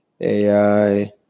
AI